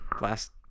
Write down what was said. last